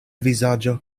vizaĝo